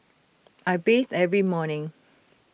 I bathe every morning